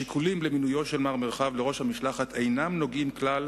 השיקולים למינויו של מר מרחב לראש המשלחת אינם נוגעים כלל